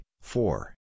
four